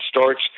starts